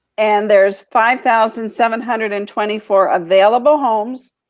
and there's five thousand seven hundred and twenty four available homes,